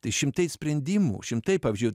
tai šimtai sprendimų šimtai pavyzdžių